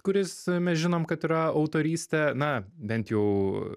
kuris mes žinom kad yra autorystė na bent jau